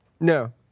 No